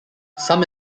some